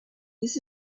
this